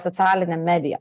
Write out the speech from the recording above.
socialinė medija